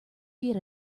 get